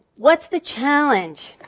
what's the challenge?